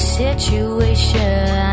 situation